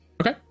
Okay